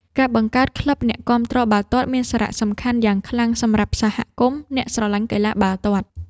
ការបង្កើតក្លឹបអ្នកគាំទ្របាល់ទាត់មានសារៈសំខាន់យ៉ាងខ្លាំងសម្រាប់សហគមន៍អ្នកស្រលាញ់កីឡាបាល់ទាត់។